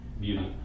beauty